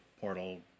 portal